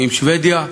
עם שבדיה,